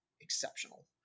exceptional